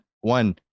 One